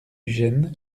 gen